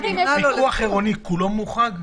פיקוח עירוני כולו מוחרג?